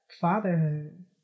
fatherhood